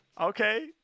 Okay